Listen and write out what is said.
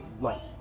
life